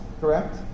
correct